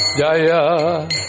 Jaya